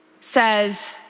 says